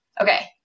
okay